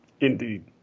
Indeed